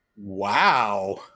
Wow